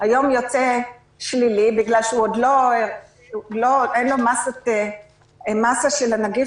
שהיום יוצא שלילי בגלל שאין לו מסה של הנגיף